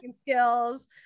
skills